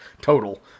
total